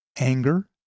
Anger